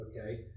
okay